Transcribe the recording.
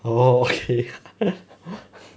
oh okay